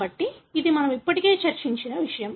కాబట్టి ఇది మనము ఇప్పటికే చర్చించిన విషయం